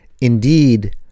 Indeed